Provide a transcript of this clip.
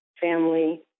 family